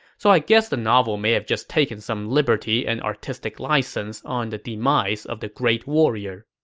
so i guess the novel may have just taken some liberty and artistic license on the demise of the great warrior